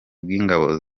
bw’ingabo